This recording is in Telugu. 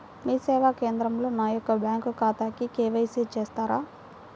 మీ సేవా కేంద్రంలో నా యొక్క బ్యాంకు ఖాతాకి కే.వై.సి చేస్తారా?